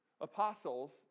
apostles